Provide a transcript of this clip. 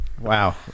Wow